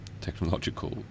technological